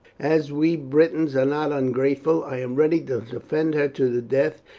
as we britons are not ungrateful i am ready to defend her to the death,